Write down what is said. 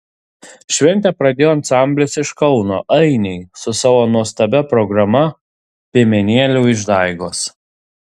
šventę pradėjo ansamblis iš kauno ainiai su savo nuostabia programa piemenėlių išdaigos